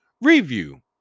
review